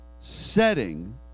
setting